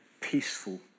peaceful